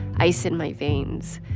ice in my veins.